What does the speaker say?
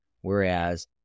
whereas